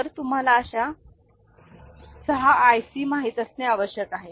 तर तुम्हाला अशा 6 IC माहित असणे आवश्यक आहे